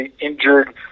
injured